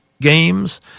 games